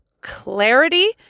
clarity